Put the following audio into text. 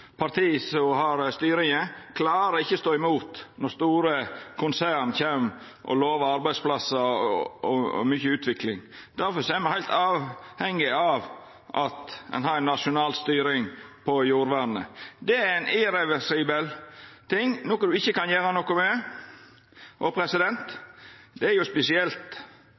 parti som har styringa – ikkje klarer å stå imot når store konsern kjem og lovar arbeidsplassar og mykje utvikling. Difor er me heilt avhengige av at ein har ei nasjonal styring av jordvernet. Det er irreversibelt, noko ein ikkje kan gjera noko med. Det er spesielt